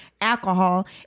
alcohol